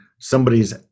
somebody's